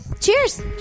cheers